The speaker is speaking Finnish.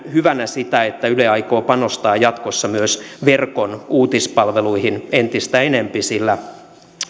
hyvänä sitä että yle aikoo panostaa jatkossa myös verkon uutispalveluihin entistä enempi sillä